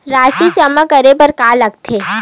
राशि जमा करे बर का का लगथे?